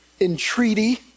Entreaty